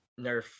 nerf